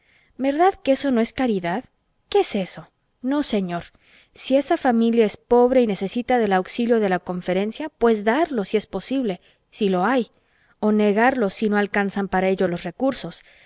verdad que eso no es caridad qué es eso no señor si esa familia es pobre y necesita del auxilio de la conferencia pues darlo si es posible si lo hay o negarlo si no alcanzan para ello los recursos